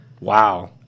Wow